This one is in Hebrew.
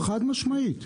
חד-משמעית.